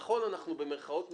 נכון, אנחנו במרכאות "מרוויחים"